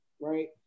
right